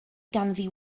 ganddi